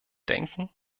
denken